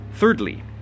Thirdly